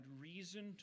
reason